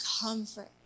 comfort